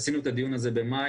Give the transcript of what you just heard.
עשינו את הדיון הזה במאי,